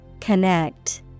Connect